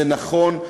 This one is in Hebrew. זה נכון,